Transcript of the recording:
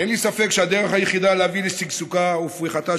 אין לי ספק שהדרך היחידה להביא לשגשוגה ולפריחתה